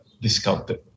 discounted